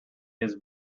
his